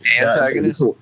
Antagonist